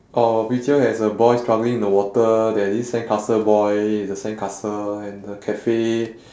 our picture has a boy struggling in the water there's this sandcastle boy the sandcastle and the cafe